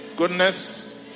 Goodness